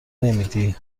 نمیدی